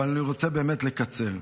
אבל אני רוצה באמת לקצר.